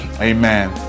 Amen